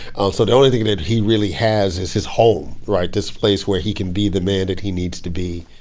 um so the only thing that he really has is his home, right, this place where he can be the man that he needs to be.